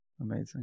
Amazing